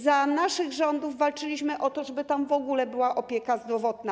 Za naszych rządów walczyliśmy o to, żeby tam w ogóle była opieka zdrowotna.